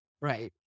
Right